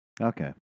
Okay